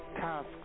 task